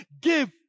Give